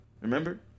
Remember